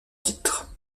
titre